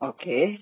Okay